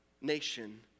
nation